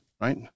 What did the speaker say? Right